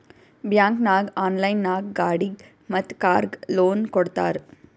bank ನಾಗ್ online ನಾಗ್ ಗಾಡಿಗ್ ಮತ್ ಕಾರ್ಗ್ ಲೋನ್ ಕೊಡ್ತಾರ್